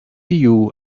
you